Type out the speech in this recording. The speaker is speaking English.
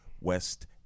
West